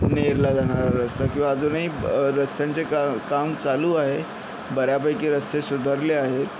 नेरला जाणारा रस्ता किंवा अजूनही रस्त्यांचे क काम चालू आहे बऱ्यापैकी रस्ते सुधारले आहेत